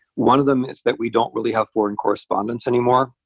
one of them is that we don't really have foreign correspondents anymore.